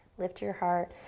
lift your heart.